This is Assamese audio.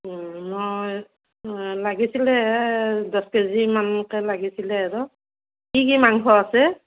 মই লাগিছিল দহ কেজিমানকৈ লাগিছিল আৰু কি কি মাংস আছে